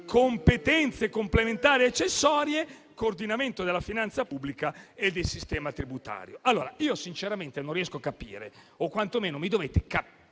competenze complementari e accessorie, coordinamento della finanza pubblica e del sistema tributario. Sinceramente non riesco a capire, o quantomeno mi dovete far